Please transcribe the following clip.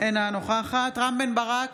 אינה נוכחת רם בן ברק,